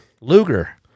Luger